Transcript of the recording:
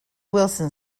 wilson